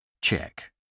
Check